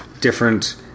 different